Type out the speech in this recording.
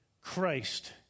Christ